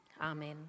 Amen